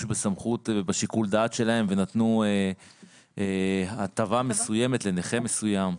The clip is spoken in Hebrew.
בסמכות בשיקול הדעת שלהם ונתנו הטבה מסוימת לנכה מסוים.